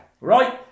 Right